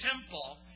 temple